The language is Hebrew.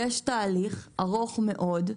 יש תהליך ארוך מאוד,